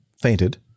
fainted